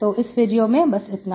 तो इस वीडियो में इतना ही